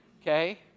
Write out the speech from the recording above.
okay